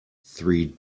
three